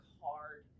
hard